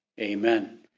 Amen